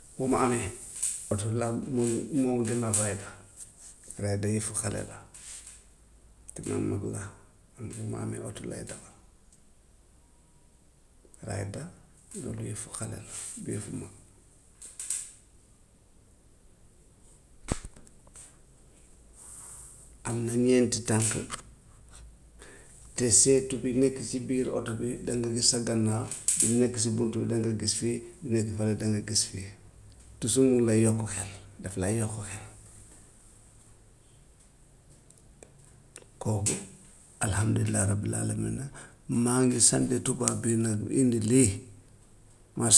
Bu ma amee oto laa moo moo ma gënal rider, rider yëfu xale la te man mag laa man bu ma amee oto laay dawal. Rider loolu yëfu xale la du yëfu mag. Am na ñeenti tànk te seetu bi nekk si biir oto bi danga gis sa gannaaw, lu nekk si buntu bi danga gis fii, lu nekk fële danga gis fii, toujours mi ngi lay yokk xel, daf lay yokk xel. Kooku alhamdulilah rabil alamina maa ngi sant tubaab bi nag indi lii mash-.